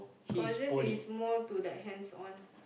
consist is more to like hands on